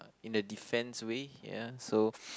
in the defense way ya so